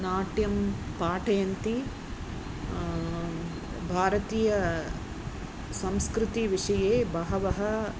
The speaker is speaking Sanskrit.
नाट्यं पाठयन्ति भारतीय संस्कृतिविषये बहवः